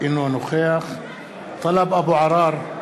אינו נוכח טלב אבו עראר,